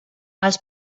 els